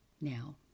Now